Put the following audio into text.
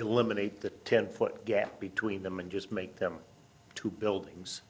eliminate the ten foot gap between them and just make them two buildings